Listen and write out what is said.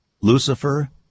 Lucifer